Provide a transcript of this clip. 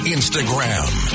Instagram